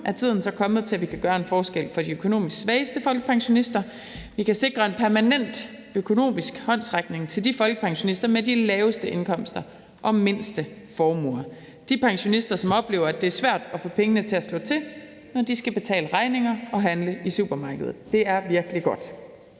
er tiden så kommet til, at vi kan gøre en forskel for de økonomisk svageste folkepensionister. Vi kan sikre en permanent økonomisk håndsrækning til folkepensionisterne med de laveste indkomster og mindste formuer – de pensionister, som oplever, at det er svært at få pengene til at slå til, når de skal betale regninger og handle i supermarkedet. Det er virkelig godt.